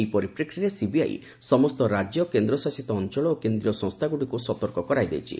ଏହି ପରିପ୍ରେକ୍ଷୀରେ ସିବିଆଇ ସମସ୍ତ ରାଜ୍ୟ କେନ୍ଦ୍ର ଶାସିତ ଅଞ୍ଚଳ ଓ କେନ୍ଦ୍ରୀୟ ସଂସ୍ଥାଗୁଡ଼ିକୁ ସତର୍କ କରାଇ ଦେଇଛି